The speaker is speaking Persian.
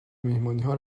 مهمانیها